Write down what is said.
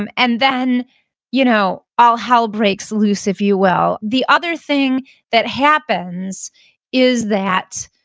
um and then you know all hell breaks loose, if you will the other thing that happens is that,